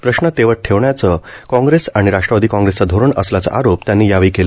प्रश्न तेवत ठेवण्याचं काँग्रेस आणि राष्ट्रवादी काँग्रेसचं धोरण असल्याचा आरोप त्यांनी यावेळी केला